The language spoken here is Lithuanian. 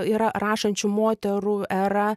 yra rašančių moterų era